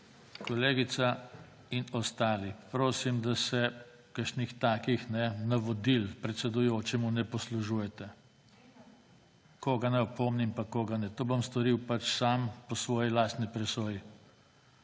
Kolegica in ostali, prosim, da se kakšnih takih navodil predsedujočemu ne poslužujete, koga naj opomnim pa koga ne. To bom storil sam po svoji lastni presoji.